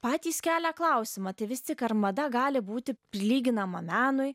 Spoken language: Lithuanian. patys kelia klausimą tai vis tik ar mada gali būti prilyginama menui